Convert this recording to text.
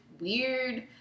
weird